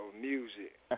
music